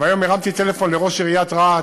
והיום הרמתי טלפון לראש עיריית רהט,